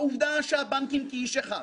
העובדה שהבנקים כאיש אחד,